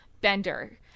bender